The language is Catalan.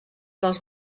dels